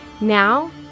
Now